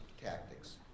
tactics